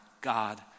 God